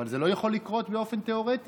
אבל זה לא יכול לקרות באופן תיאורטי?